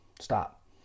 Stop